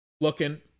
looking